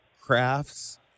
crafts